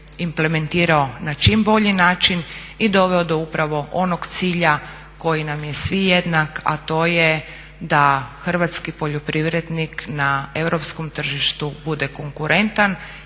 implementirao na čim bolji način i doveo do upravo onog cilja koji nam je svi jednak, a to je da hrvatski poljoprivrednik na europskom tržištu bude konkurentan